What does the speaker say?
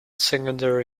secondary